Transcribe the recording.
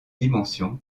dimension